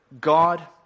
God